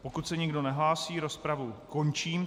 Pokud se nikdo nehlásí, rozpravu končím.